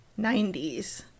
90s